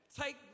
take